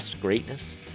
Greatness